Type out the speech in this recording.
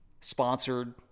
sponsored